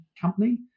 company